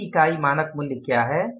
प्रति इकाई मानक मूल्य क्या है